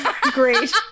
Great